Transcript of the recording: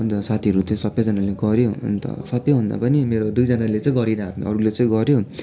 अन्त साथीहरू त्यो सबैजनाले गर्यो अन्त सबैभन्दा पनि मेरो दुइजनाले चाहिँ गरेन आफ्नो अरूले चाहिँ गर्यो